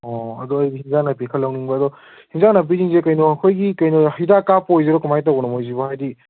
ꯑꯣ ꯑꯗꯣ ꯑꯩ ꯑꯦꯟꯁꯥꯡ ꯅꯥꯄꯤ ꯈꯔ ꯂꯧꯅꯤꯡꯕ ꯑꯗꯣ ꯑꯦꯟꯁꯥꯡ ꯅꯥꯄꯤꯁꯤꯡꯁꯦ ꯀꯩꯅꯣ ꯑꯩꯈꯣꯏꯒꯤ ꯀꯩꯅꯣ ꯍꯤꯗꯥꯛ ꯀꯥꯞꯄ ꯑꯣꯏꯗꯣꯏꯔꯣ ꯀꯃꯥꯏꯅ ꯇꯧꯕꯅꯣ ꯃꯣꯏꯁꯤꯕꯣ ꯍꯥꯏꯗꯤ